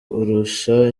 urusha